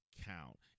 count